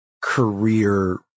career